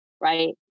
right